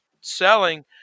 selling